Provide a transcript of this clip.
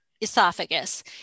esophagus